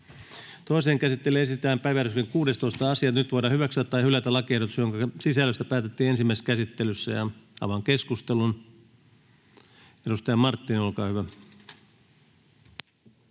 Toiseen käsittelyyn esitellään päiväjärjestyksen 16. asia. Nyt voidaan hyväksyä tai hylätä lakiehdotus, jonka sisällöstä päätettiin ensimmäisessä käsittelyssä. — Avaan keskustelun. Edustaja Marttinen, olkaa hyvä.